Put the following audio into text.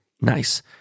nice